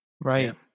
Right